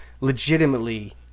legitimately